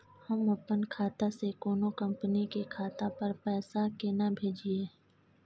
हम अपन खाता से कोनो कंपनी के खाता पर पैसा केना भेजिए?